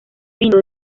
pinto